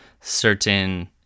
certain